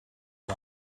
uhr